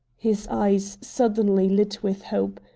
his eyes suddenly lit with hope.